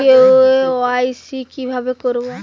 KYC কিভাবে করব?